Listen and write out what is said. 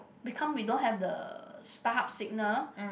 become we don't have the Starhub signal